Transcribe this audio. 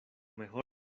mejor